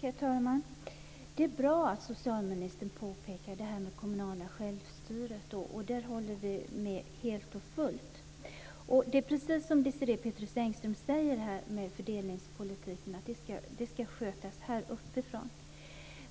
Herr talman! Det är bra att socialministern påpekar det här med det kommunala självstyret. Vi håller med helt och fullt om det. Och, precis som Desirée Pethrus Engström säger, ska fördelningspolitiken skötas här uppifrån.